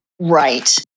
right